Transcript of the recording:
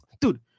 dude